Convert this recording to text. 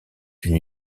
une